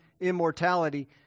immortality